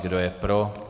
Kdo je pro.